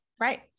Right